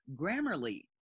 Grammarly